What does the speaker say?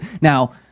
Now